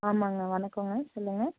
ஆமாம்ங்க வணக்கங்க சொல்லுங்கள்